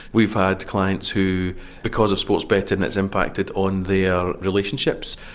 we've had clients who because of sports betting it's impacted on their relationships,